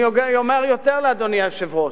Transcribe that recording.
אני אומר יותר לאדוני היושב-ראש: